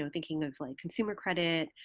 um thinking of like consumer credit,